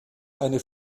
eine